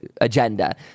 agenda